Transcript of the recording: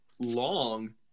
long